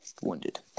Wounded